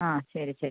ആ ശരി ശരി